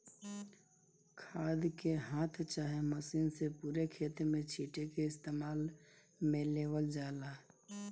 खाद के हाथ चाहे मशीन से पूरे खेत में छींट के इस्तेमाल में लेवल जाला